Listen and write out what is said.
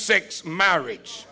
sex marriage